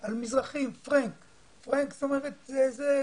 את המילה פרענק על מזרחים.